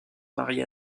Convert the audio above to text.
marie